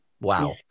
Wow